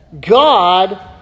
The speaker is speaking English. God